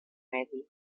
medi